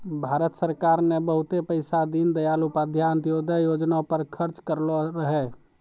भारत सरकार ने बहुते पैसा दीनदयाल उपाध्याय अंत्योदय योजना पर खर्च करलो रहै